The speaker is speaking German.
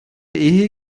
ehe